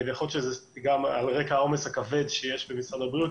ויכול להיות שזה גם על רקע העומס הכבד שיש במשרד הבריאות,